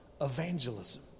evangelism